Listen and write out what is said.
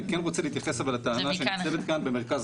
אני כן רוצה להתייחס אבל לטענה שניצבת כאן במרכז